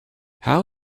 how